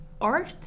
art